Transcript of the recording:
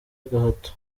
agahato